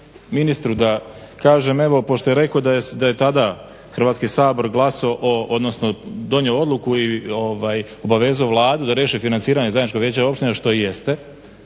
ministru da kažem evo, pošto je rekao da je tada Hrvatski sabor glasovao odnosno donio odluku i obavezao Vladu da riješe financiranje zajedničko vijeće opštine što i jeste.